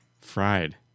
fried